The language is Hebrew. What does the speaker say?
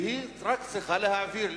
והיא רק צריכה להעביר,